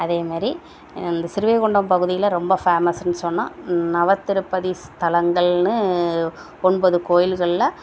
அதே மாதிரி இந்த ஸ்ரீவைகுண்டம் பகுதியில் ரொம்ப ஃபேமஸுன்னு சொன்னால் நவத்திருப்பதி ஸ்தலங்கள்னு ஒன்பது கோயில்களில்